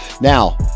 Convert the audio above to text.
Now